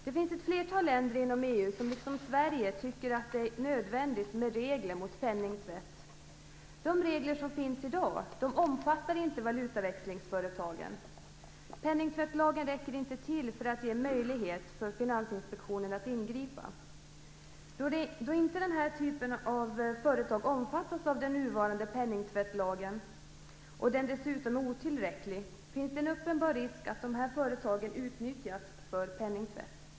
Det finns ett flertal länder inom EU som liksom Sverige tycker att det är nödvändigt med regler mot penningtvätt. De regler som finns i dag omfattar inte valutaväxlingsföretagen. Penningtvättslagen räcker inte till för att ge möjlighet för Finansinspektionen att ingripa. Då den här typen av företag inte omfattas av den nuvarande penningtvättslagen och den dessutom är otillräcklig finns det en uppenbar risk att de här företagen utnyttjas för penningtvätt.